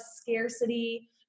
scarcity